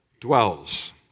dwells